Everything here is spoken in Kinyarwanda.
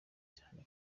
cyane